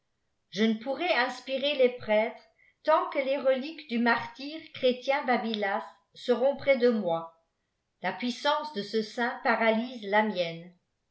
je ne poiirrai inspirer les prêtres tant que les reliques du martyi chrétien babylas seront près de moi la puissance de ce saiùt paralyse là mienne